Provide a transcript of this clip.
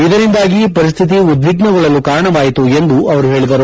ಇದರಿಂದ ಪರಿಸ್ಥಿತಿ ಉದ್ವಿಗ್ನಗೊಳ್ಳಲು ಕಾರಣವಾಯಿತು ಎಂದು ಅವರು ಹೇಳಿದರು